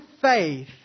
faith